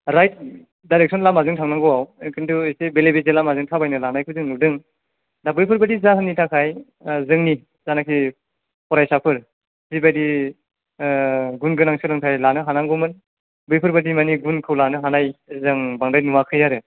right direction लामाजों थांनांगौ खिन्थु एसे बेले बेजे लामाजों थाबायनो लानायखौ जों नुदों दा बैफोर बायदि जाहोननि थाखाय जोंनि जायनाखि फरायसाफोर बेबायदि गुन गोनां सोलोंथाइ लानो हानांगौमोन बेफोर बायदि माने गुनखौ लानो हानाय जों बांद्राय नुवाखै आरो